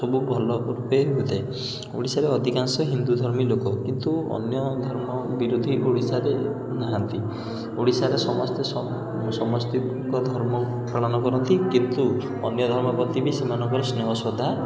ସବୁ ଭଲ ରୂପେ ହୋଇଥାଏ ଓଡ଼ିଶାରେ ଅଧିକାଂଶ ହିନ୍ଦୁଧର୍ମୀ ଲୋକ କିନ୍ତୁ ଅନ୍ୟ ଧର୍ମ ବିରୋଧୀ ଓଡ଼ିଶାରେ ନାହାନ୍ତି ଓଡ଼ିଶାରେ ସମସ୍ତେ ସମସ୍ତଙ୍କ ଧର୍ମ ପାଳନ କରନ୍ତି କିନ୍ତୁ ଅନ୍ୟ ଧର୍ମ ପ୍ରତି ବି ସେମାନଙ୍କର ସ୍ନେହ ଶ୍ରଦ୍ଧା